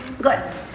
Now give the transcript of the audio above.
Good